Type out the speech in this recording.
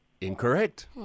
Incorrect